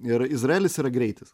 ir izraelis yra greitis